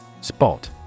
Spot